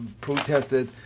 protested